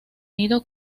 nido